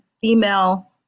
female